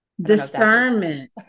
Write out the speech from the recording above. Discernment